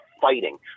fighting